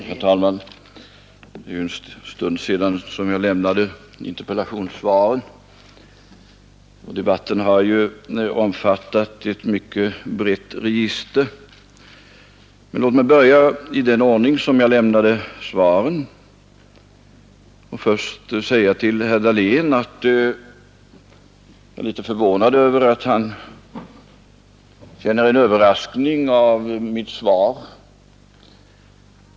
Herr talman! Det är ju en stund sedan jag lämnade interpellationssvaren. Debatten har omfattat ett mycket brett register, men låt mig bemöta talarna i den ordning jag besvarade deras interpellationer. Jag vill först till herr Dahlén säga att jag är förvånad över att han är överraskad av mitt svar.